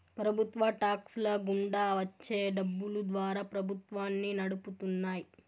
ప్రభుత్వ టాక్స్ ల గుండా వచ్చే డబ్బులు ద్వారా ప్రభుత్వాన్ని నడుపుతున్నాయి